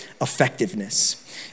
effectiveness